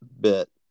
bit